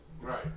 Right